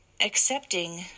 accepting